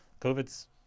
covid's